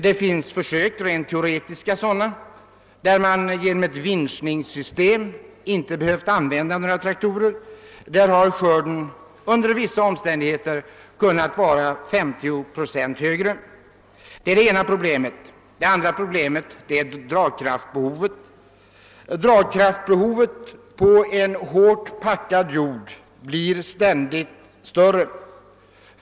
Det har gjorts rent teoretiska försök, där man genom att tillämpa vinschningssystem inte behövt använda några traktorer. Där har skörden under vissa omständigheter kunnat bli 50 procent högre än vid användning av traktorer. Det andra problemet är att dragkraftbehovet på en hårt packad jord ständigt blir större.